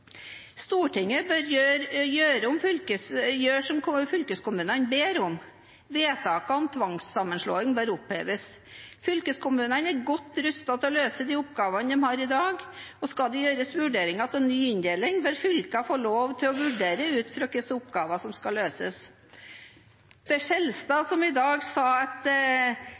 Stortinget bør gjøre som fylkeskommunene ber om. Vedtakene om tvangssammenslåing bør oppheves. Fylkeskommunene er godt rustet til å løse de oppgavene de har i dag, og skal det gjøres vurderinger av ny inndeling, bør fylkene selv få lov til å vurdere det ut fra hvilke oppgaver som skal løses. Det var representanten Skjelstad som i dag sa at